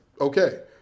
Okay